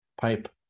pipe